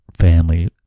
family